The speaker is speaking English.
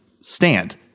stand